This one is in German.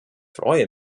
freue